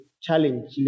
challenge